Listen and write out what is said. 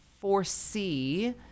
foresee